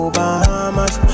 Bahamas